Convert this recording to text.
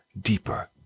deeper